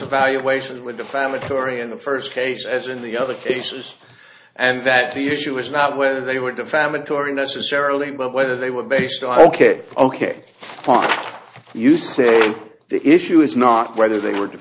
evaluations were defamatory in the first case as in the other cases and that to you issue is not whether they were defamatory necessarily but whether they were based on ok ok fine you say the issue is not whether they were